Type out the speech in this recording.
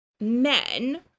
men